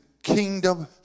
kingdom